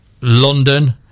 London